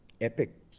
Epic